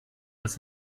als